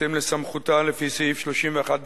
בהתאם לסמכותה לפי סעיף 31(ד)